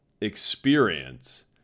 experience